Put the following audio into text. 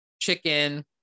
Chicken